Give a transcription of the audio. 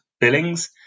billings